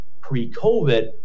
pre-COVID